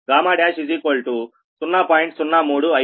11 మరియు γ'0